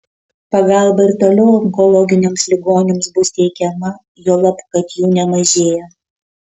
pagalba ir toliau onkologiniams ligoniams bus teikiama juolab kad jų nemažėja